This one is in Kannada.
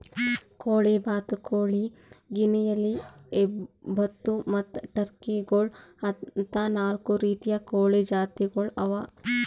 ಕೋಳಿ, ಬಾತುಕೋಳಿ, ಗಿನಿಯಿಲಿ, ಹೆಬ್ಬಾತು ಮತ್ತ್ ಟರ್ಕಿ ಗೋಳು ಅಂತಾ ನಾಲ್ಕು ರೀತಿದು ಕೋಳಿ ಜಾತಿಗೊಳ್ ಅವಾ